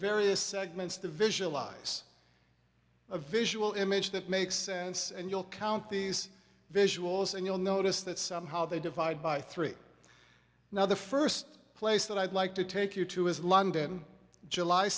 various segments to visualize a visual image that makes sense and you'll count these visuals and you'll notice that somehow they divide by three now the first place that i'd like to take you to is london july